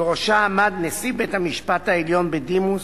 ובראשה עמד נשיא בית-המשפט העליון בדימוס